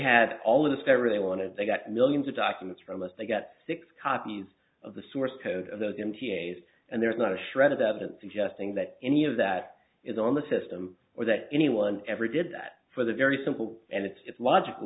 had all of the spare they wanted they got millions of documents from us they get six copies of the source code of those m t s and there's not a shred of evidence suggesting that any of that is on the system or that anyone ever did that for the very simple and it's logical